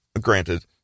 Granted